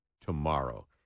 tomorrow